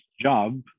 job